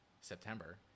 September